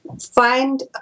find